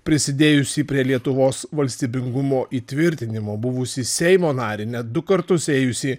prisidėjusį prie lietuvos valstybingumo įtvirtinimo buvusį seimo narį net du kartus ėjusį